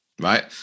right